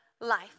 life